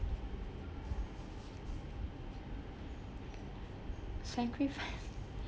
sacrifice